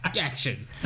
action